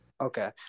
Okay